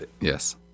yes